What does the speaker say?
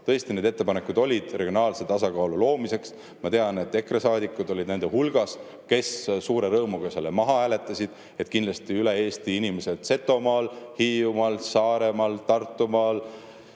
Tõesti, need ettepanekud olid regionaalse tasakaalu loomiseks. Ma tean, et EKRE saadikud olid nende hulgas, kes suure rõõmuga need maha hääletasid, et kindlasti inimesed üle Eesti – Setomaal, Hiiumaal, Saaremaal, Tartumaal,